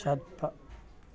ꯆꯠꯄ